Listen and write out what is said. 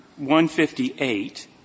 158